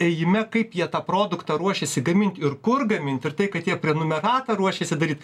ėjime kaip jie tą produktą ruošiasi gamint ir kur gamint ir tai kad jie prenumeratą ruošiasi daryt